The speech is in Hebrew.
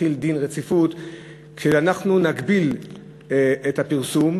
אנחנו נגביל את הפרסום,